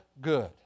good